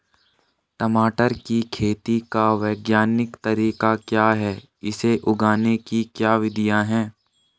टमाटर की खेती का वैज्ञानिक तरीका क्या है इसे उगाने की क्या विधियाँ हैं?